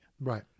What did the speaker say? Right